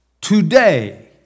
Today